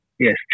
Yes